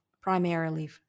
primarily